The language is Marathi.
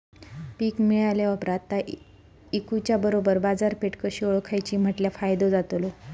पीक मिळाल्या ऑप्रात ता इकुच्या बरोबर बाजारपेठ कशी ओळखाची म्हटल्या फायदो जातलो?